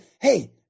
Hey